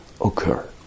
occur